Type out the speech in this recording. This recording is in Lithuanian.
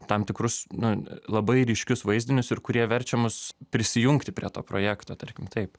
tam tikrus nu labai ryškius vaizdinius ir kurie verčia mus prisijungti prie to projekto tarkim taip